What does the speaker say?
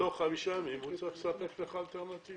בתוך חמישה ימים הוא צריך לספק לך אלטרנטיבה.